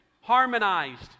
harmonized